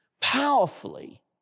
powerfully